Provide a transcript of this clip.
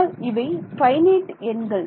ஆனால் இவை ஃபைனைட் எண்கள்